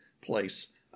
place